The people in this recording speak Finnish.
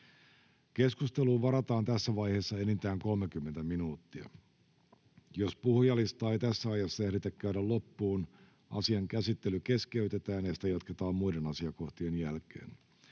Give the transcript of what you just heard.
Keskusteluun varataan tässä vaiheessa enintään 30 minuuttia. Jos puhujalistaa ei tässä ajassa ehditä käydä loppuun, asian käsittely keskeytetään ja sitä jatketaan muiden asiakohtien jälkeen.